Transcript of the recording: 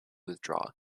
withdraw